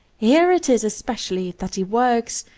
here it is especially that he works,